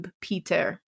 Peter